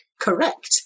Correct